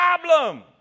problem